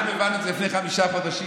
אנחנו הבנו את זה לפני חמישה חודשים,